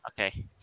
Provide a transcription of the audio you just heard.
Okay